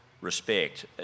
respect